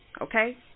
Okay